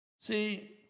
See